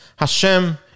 Hashem